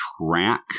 track